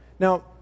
Now